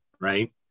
right